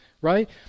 right